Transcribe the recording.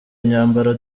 imyambaro